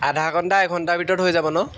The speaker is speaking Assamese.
আধা ঘণ্টা এঘণ্টাৰ ভিতৰত হৈ যাব ন